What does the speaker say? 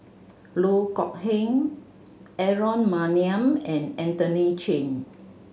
Loh Kok Heng Aaron Maniam and Anthony Chen